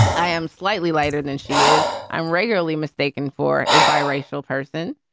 i am slightly whiter than she is. i'm regularly mistaken for a biracial person,